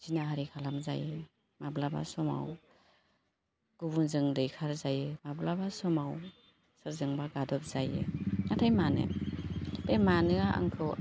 जिनाहारि खालामजायो माब्लाबा समाव गुबुनजों दैखारजायो माब्लाबा समाव सोरजोंबा गादब जायो नाथाय मानो बे मानोआ आंखौ